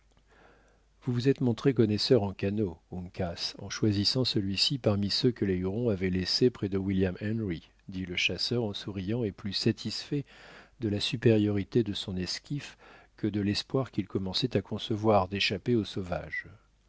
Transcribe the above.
vous vous êtes montré connaisseur en canots uncas en choisissant celui-ci parmi ceux que les hurons avaient laissés près de william henry dit le chasseur en souriant et plus satisfait de la supériorité de son esquif que de l'espoir qu'il commençait à concevoir d'échapper aux sauvages